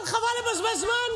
אבל חבל לבזבז זמן,